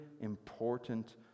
important